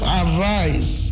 arise